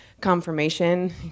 confirmation